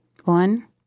One